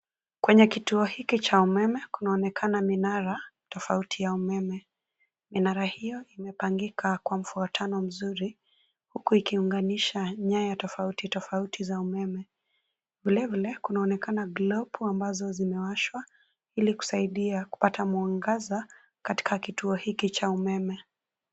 Kwenye kituo hiki cha umeme kunaonekana minara tofauti ya umeme. Minara hiyo imepangakinga kwa mfuatano mzuri huku ikiunganisha nyaya tofauti, tofauti za umeme. Vile, vile kunaonekana globes ambazo zimewashwa ili kusaidia kupata mwangaza katika kituo hiki cha umeme.